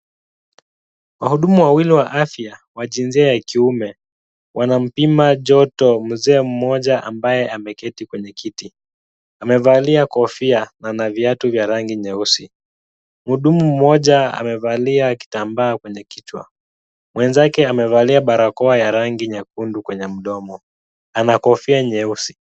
Wahudumu wawili wa afya wa jinsia ya kiume wanampima joto mzee mmoja ambaye ameketi kwenye kiti. Amevalia kofia na ana viatu vya rangi nyeusi ,mhudumu mmoja amevalia kitambaa kwenye kichwa mwenzake amevalia barakoa ya rangi nyekundu kwenye mdomo, ana kofia nyeusi.